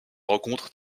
rencontrent